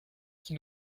qui